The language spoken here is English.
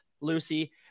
Lucy